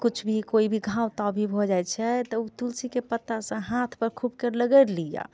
कुछ भी कोइ भी घाव ताव भी भऽ जाइ तऽ उ तुलसी के पत्ता सँ हाथ पर खूब कऽ लगैड़ लियऽ